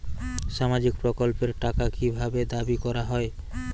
সামাজিক প্রকল্পের টাকা কি ভাবে দাবি করা হয়?